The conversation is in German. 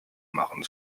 machen